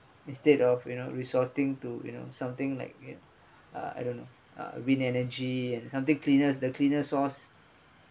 instead of you know resorting to you know something like it ah I don't know ah green energy and something cleanest the cleaner source